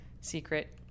secret